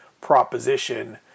proposition